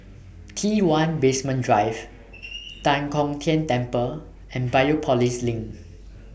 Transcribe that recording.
T one Basement Drive Tan Kong Tian Temple and Biopolis LINK